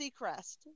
Seacrest